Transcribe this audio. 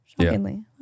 Shockingly